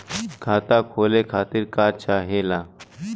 खाता खोले खातीर का चाहे ला?